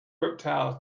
reptiles